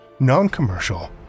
Non-commercial